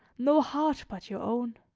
no heart but your own.